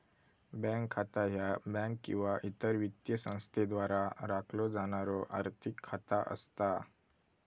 bank खाता ह्या bank किंवा इतर वित्तीय संस्थेद्वारा राखलो जाणारो आर्थिक खाता असता